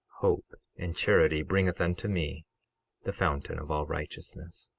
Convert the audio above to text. hope and charity bringeth unto me the fountain of all righteousness.